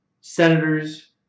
Senators